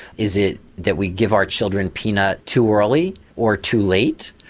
is it that we give our children peanut too early or too late?